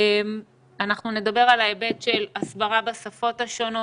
אנחנו נדבר על ההיבט של הסברה בשפות השונות,